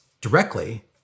directly